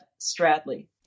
Stradley